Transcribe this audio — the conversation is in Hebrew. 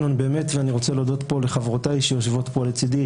ואני רוצה להודות פה לחברותיי שיושבות פה לצידי,